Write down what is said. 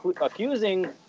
accusing